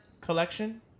collection